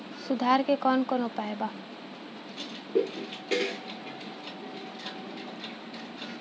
सुधार के कौन कौन उपाय वा?